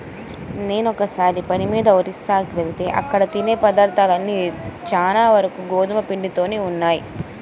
నేనొకసారి పని మీద ఒరిస్సాకెళ్తే అక్కడ తినే పదార్థాలన్నీ చానా వరకు గోధుమ పిండితోనే ఉన్నయ్